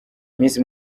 miss